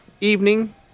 evening